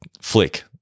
Flick